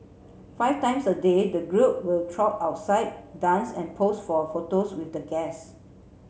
five times a day the group will trot outside dance and pose for photos with the guests